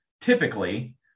typically